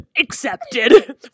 Accepted